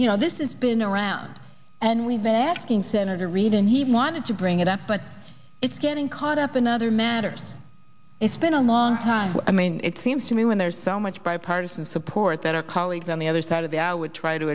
you know this is been around and we've been asking senator reid and he wanted to bring it up but it's getting caught up in other matters it's been a long time i mean it seems to me when there's so much bipartisan support that our colleagues on the other side of the i would try to